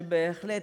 שבהחלט,